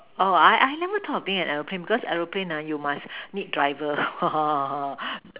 oh I I never thought of being an aeroplane because aeroplane ah you must need driver